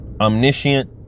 Omniscient